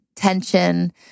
tension